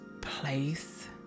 place